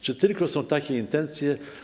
Czy tylko są takie intencje?